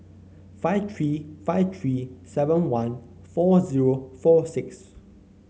five three five three seven one four zero four six